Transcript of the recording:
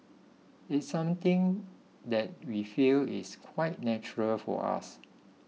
it's something that we feel is quite natural for us